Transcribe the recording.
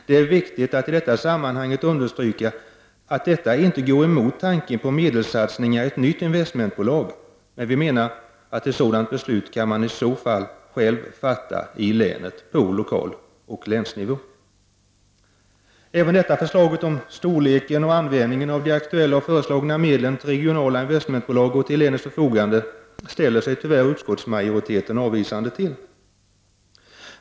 Det är viktigt att i sammanhanget understryka att detta inte går emot tanken på medelssatsning i ett nytt investmentbolag. Vi menar dock att man i så fall själv kan fatta ett sådant beslut lokalt, på länsnivå. Även förslaget om storleken på och användningen av de aktuella och föreslagna medlen till regionala investmentbolag och till länets förfogande ställer sig utskottsmajoriteten avvisande till.